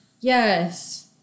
Yes